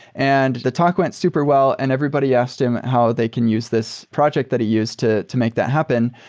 and the talk went super well and everybody asked him how they can use this project that he used to to make that happen.